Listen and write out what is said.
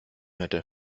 hätte